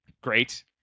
great